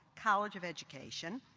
college of education,